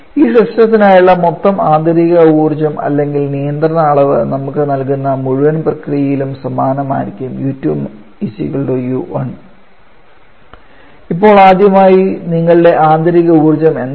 ഈ സിസ്റ്റത്തിനായുള്ള മൊത്തം ആന്തരിക ഊർജ്ജം അല്ലെങ്കിൽ നിയന്ത്രണ അളവ് നമുക്ക് നൽകുന്ന മുഴുവൻ പ്രക്രിയയിലും സമാനമായിരിക്കണം U2 U1 ഇപ്പോൾ ആദ്യമായി നിങ്ങളുടെ ആന്തരിക ഊർജ്ജം എന്താണ്